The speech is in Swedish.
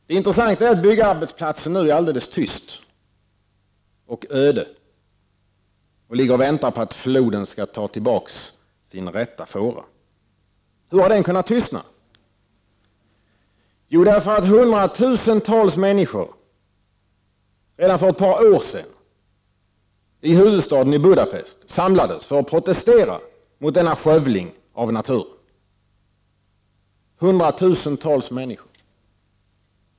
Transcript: Det intressanta är att byggarbetsplatsen nu är alldeles tyst och öde. Den ligger och väntar på att floden skall ta tillbaka sin rätta fåra. Hur har den kunnat tystna? Jo, därför att hundratusentals människor redan för ett par år sedan i huvudstaden Budapest samlades för att protestera mot denna skövling av naturen — hundratusentals människor.